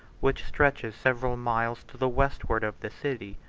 which stretches several miles to the westward of the city.